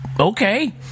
okay